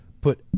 put